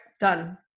done